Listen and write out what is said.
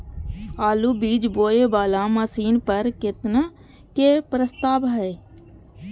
आलु बीज बोये वाला मशीन पर केतना के प्रस्ताव हय?